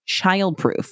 childproof